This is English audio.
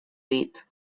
eat